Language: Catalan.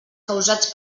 causats